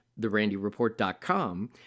therandyreport.com